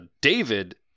David